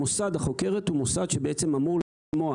מוסד החוקרת הוא מוסד שבעצם אמור לשמוע